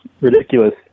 ridiculous